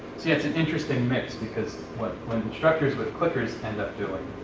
see, it's an interesting mix, because when when instructors with clickers end up doing